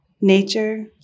nature